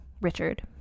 Richard